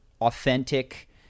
authentic